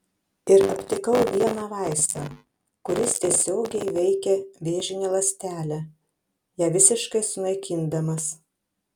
ir aptikau vieną vaistą kuris tiesiogiai veikia vėžinę ląstelę ją visiškai sunaikindamas